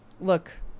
look